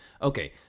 Okay